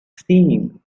seen